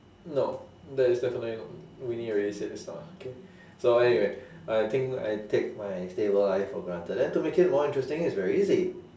no that is definitely not winnie already said this stuff K so anyway I think I take my stable life for granted then to make it more interesting is very easy